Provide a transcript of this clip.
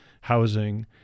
housing